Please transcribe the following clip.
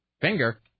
Finger